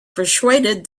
persuaded